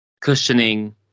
cushioning